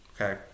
okay